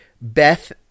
Beth